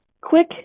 quick